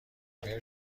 آیا